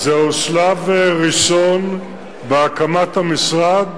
זהו שלב ראשון בהקמת המשרד,